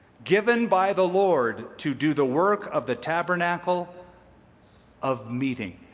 given by the lord, to do the work of the tabernacle of meeting